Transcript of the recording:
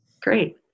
Great